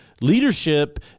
leadership